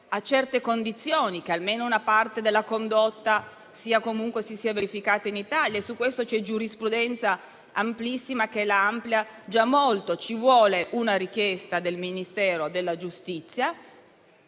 di certe condizioni: almeno una parte della condotta si sia verificata in Italia e su questo c'è giurisprudenza amplissima che la amplia molto; una richiesta del Ministero della giustizia